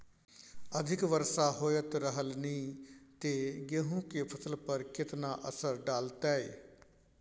अधिक वर्षा होयत रहलनि ते गेहूँ के फसल पर केतना असर डालतै?